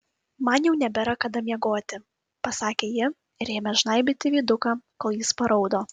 man jau nebėra kada miegoti pasakė ji ir ėmė žnaibyti veiduką kol jis paraudo